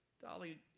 Dolly